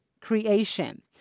creation